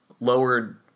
lowered